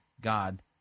God